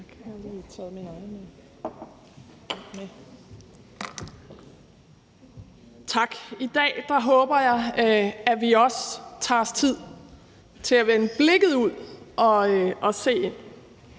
Tak. I dag håber jeg, at vi også tager os tid til at vende blikket ud og se ind.